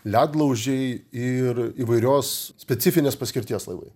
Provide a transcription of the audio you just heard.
ledlaužiai ir įvairios specifinės paskirties laivai